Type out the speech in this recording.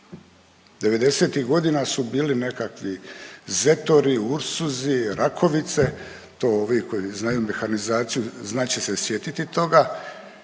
'90.-ih godina su bili nekakvi Zetori, Ursusi, Rakovice, to ovi koji znaju mehanizaciju, znat će se sjetiti toga.